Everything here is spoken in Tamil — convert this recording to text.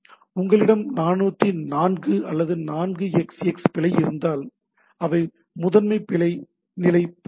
உங்களிடம் 404 அல்லது 4xx பிழை இருந்தால் அவை முதன்மை பிழை நிலை போன்றவை